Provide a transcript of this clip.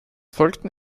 folgten